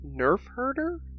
Nerf-herder